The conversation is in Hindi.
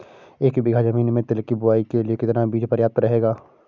एक बीघा ज़मीन में तिल की बुआई के लिए कितना बीज प्रयाप्त रहेगा?